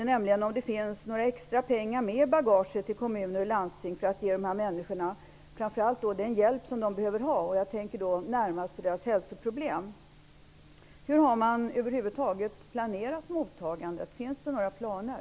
Finns det några extra pengar med i bagaget till kommuner och landsting för att man skall kunna ge människorna den hjälp de behöver? Jag tänker då närmast på deras hälsoproblem. Hur har man planerat mottagandet över huvud taget? Finns det några planer?